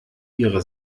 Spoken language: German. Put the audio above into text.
ihre